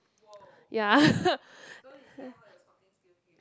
yeah